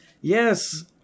Yes